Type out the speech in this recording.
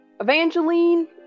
Evangeline